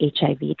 HIV